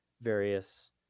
various